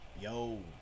Yo